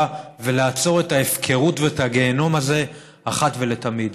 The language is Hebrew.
ולעצור את ההפקרות ואת הגיהינום הזה אחת ולתמיד.